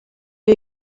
you